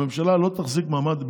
הממשלה לא תחזיק מעמד,